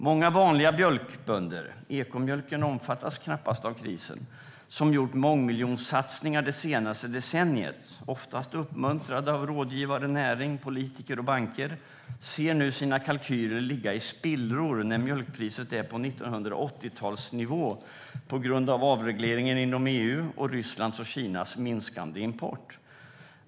Många vanliga mjölkbönder - ekomjölken omfattas knappast av krisen - som gjort mångmiljonsatsningar det senaste decenniet, oftast uppmuntrade av rådgivare, näring, politiker och banker, ser nu sina kalkyler ligga i spillror när mjölkpriset är på 1980-talsnivå på grund av avregleringen inom EU och Rysslands och Kinas minskande import.